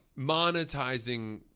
Monetizing